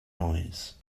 noise